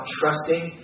trusting